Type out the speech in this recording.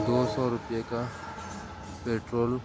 دو سو روپیے کا پیٹرول